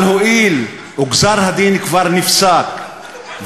אבל הואיל וגזר-הדין כבר נפסק,